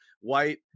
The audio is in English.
white